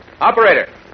Operator